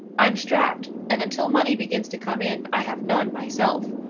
i'm strapped and until money begins to come in i have none myself.